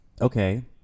okay